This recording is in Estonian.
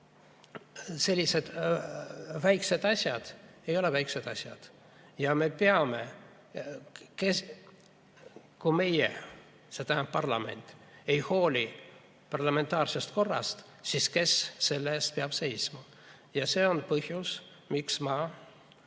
sellised väiksed asjad ei ole väiksed asjad. Kui meie, see tähendab parlament, ei hooli parlamentaarsest korrast, siis kes selle eest peab seisma? Ja see on põhjus, miks ma